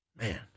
man